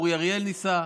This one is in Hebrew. אורי אריאל ניסה,